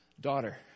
daughter